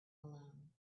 alone